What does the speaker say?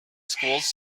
schools